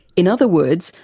in other words,